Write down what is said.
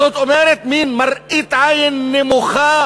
זאת אומרת, מין מראית עין נמוכה